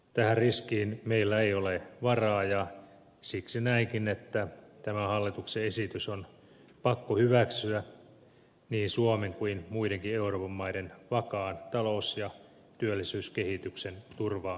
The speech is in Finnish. tähän riskiin meillä ei ole varaa ja siksi näenkin että tämä hallituksen esitys on pakko hyväksyä niin suomen kuin muidenkin euroopan maiden vakaan talous ja työllisyyskehityksen turvaamiseksi